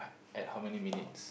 at how many minutes